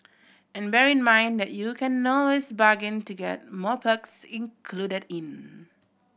and bear in mind that you can always bargain to get more perks included in